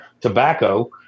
tobacco